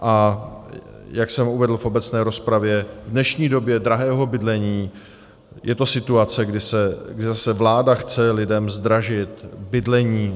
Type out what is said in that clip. A jak jsem uvedl v obecné rozpravě, v dnešní době drahého bydlení je to situace, kdy chce zase vláda lidem zdražit bydlení.